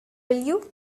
you